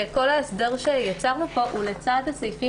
כל ההסדר שיצרנו פה הוא לצד הסעיפים